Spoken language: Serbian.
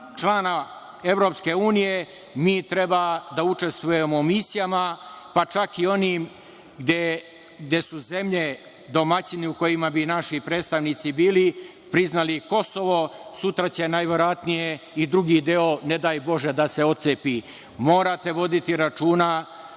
člana EU, mi treba da učestvujemo u misijama, čak i onim gde su zemlje domaćini u kojima bi naši predstavnici bili priznali Kosovo. Sutra će najverovatnije i drugi deo, ne daj Bože, da se otcepi. Morate voditi računa,